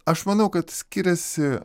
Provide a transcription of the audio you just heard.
aš manau kad skiriasi